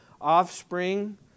offspring